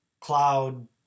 cloud